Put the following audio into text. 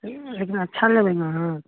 लेकिन अच्छा लेबै ने अहाँ